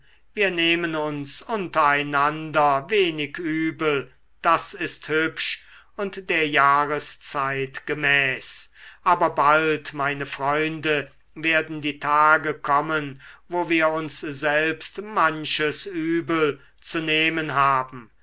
wir nehmen uns unter einander wenig übel das ist hübsch und der jahreszeit gemäß aber bald meine freunde werden die tage kommen wo wir uns selbst manches übel zu nehmen haben